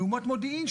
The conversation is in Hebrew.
לעומת מודיעין,